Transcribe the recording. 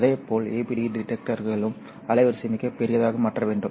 அதே போல் APD டிடெக்டர்களும் அலைவரிசையை மிகப் பெரியதாக மாற்ற வேண்டும்